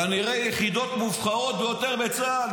כנראה יחידות מובחרות ביותר בצה"ל.